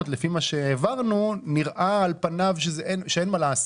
שהעברנו נראה על-פניו שאין מה לעשות,